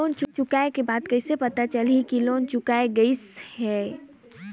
Loan चुकाय के बाद कइसे पता चलही कि लोन चुकाय गिस है?